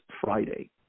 Friday